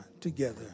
together